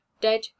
dead